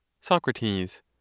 Socrates